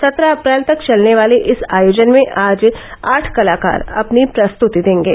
सत्रह अप्रैल तक चलने वाले इस आयोजन में आज आठ कलाकार अपनी प्रस्तुति देंगे